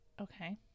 Okay